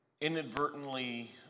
inadvertently